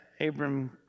Abram